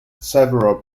several